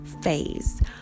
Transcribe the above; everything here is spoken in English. phase